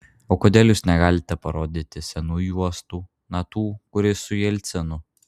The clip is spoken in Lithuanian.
o kodėl jūs negalite parodyti senų juostų na tų kur jis su jelcinu